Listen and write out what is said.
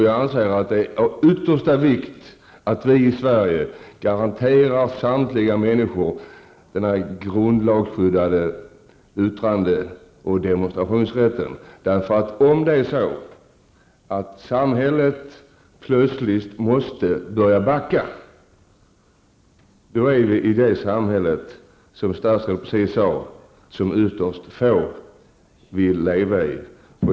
Jag anser att det är av yttersta vikt att vi i Sverige garanterar samtliga människors rätt att utöva den grundlagsskyddade yttrande och demonstrationsfriheten. Om samhället plötsligt måste börja backa kommer vi att befinna oss i ett samhälle, som statsrådet nyss sade, som ytterst få av oss vill leva i.